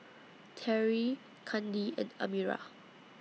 Terrie Kandi and Amira